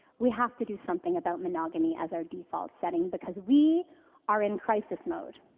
we have to do something about monogamy as our default setting because we are in crisis mode.